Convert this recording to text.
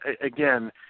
again